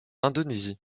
indonésie